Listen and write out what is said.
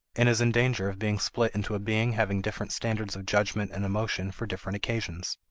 and is in danger of being split into a being having different standards of judgment and emotion for different occasions.